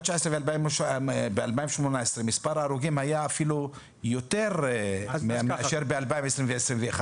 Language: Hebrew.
ו-2019 מספר ההרוגים היו אפילו יותר מאשר ב-2020 וב-2021,